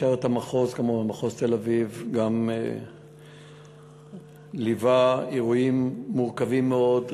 משטרת מחוז תל-אביב גם ליוותה אירועים מורכבים מאוד,